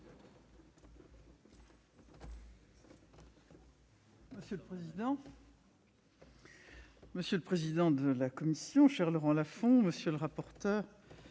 Monsieur le président, monsieur le président de la commission, cher Laurent Lafon, monsieur le rapporteur,